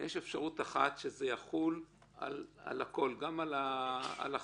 יש אפשרות אחת שיחול הכול גם אחורה.